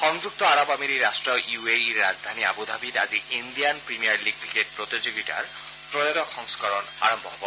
সংযুক্ত আৰব আমিৰি ৰাট্ট ইউ এ ইৰ ৰাজধানী আবু ধাবিত আজি ইণ্ডিয়ান প্ৰিমিয়াৰ লীগ ক্ৰিকেট প্ৰতিযোগিতাৰ ত্ৰয়োদশ সংস্কৰণ আৰম্ভ হব